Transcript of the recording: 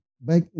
back